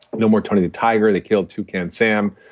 no more tony the tiger. they killed toucan sam.